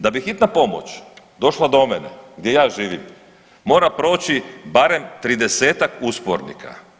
Da bi hitna pomoć došla do mene gdje ja živim mora proći barem tridesetak uspornika.